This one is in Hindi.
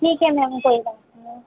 ठीक है मैम कोई बात नहीं